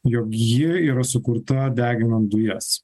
jog ji yra sukurta deginant dujas